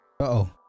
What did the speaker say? Uh-oh